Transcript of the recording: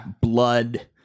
blood